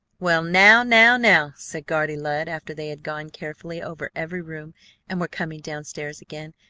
well, now, now, now! said guardy lud after they had gone carefully over every room and were coming down-stairs again.